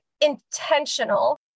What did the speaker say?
intentional